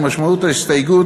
ומשמעות ההסתייגות,